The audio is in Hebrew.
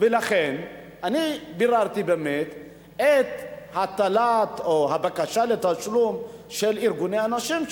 ולכן אני ביררתי באמת את הבקשה לתשלום של ארגוני הנשים,